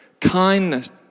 kindness